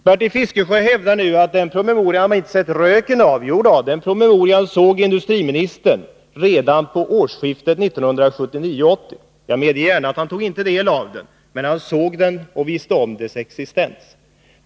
Bertil Fiskesjö hävdar nu att man inte har sett röken av den promemorian på industridepartementet. Jodå, den såg industriministern redan vid årsskiftet 1979-1980 — jag medger gärna att han inte tog del av den, men han såg den och visste om dess existens.